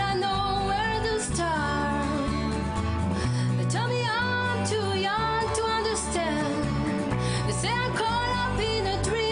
אבל אני חושב שזה לא בא על איזשהו ריק.